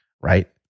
Right